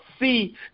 see